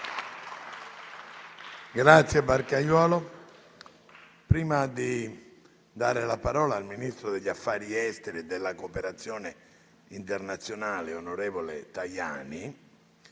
finestra"). Prima di dare la parola al ministro degli affari esteri e della cooperazione internazionale, onorevole Tajani,